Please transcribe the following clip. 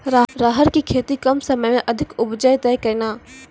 राहर की खेती कम समय मे अधिक उपजे तय केना?